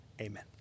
Amen